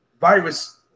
virus